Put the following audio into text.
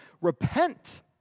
Repent